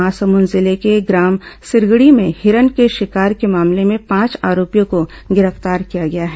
महासमुंद जिले के ग्राम सिरगिडी में हिरण के शिकार के मामले में पांच आरोपियों को गिरफ्तार किया गया है